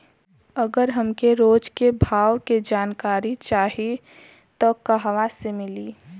अगर हमके रोज के भाव के जानकारी चाही त कहवा से मिली?